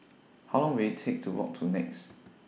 How Long Will IT Take to Walk to Nex